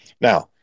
now